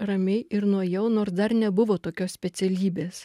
ramiai ir nuėjau nors dar nebuvo tokios specialybės